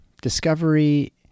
discovery